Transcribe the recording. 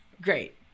great